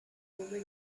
over